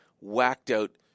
whacked-out